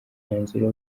umwanzuro